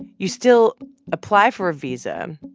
you still apply for a visa.